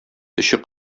төче